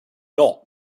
not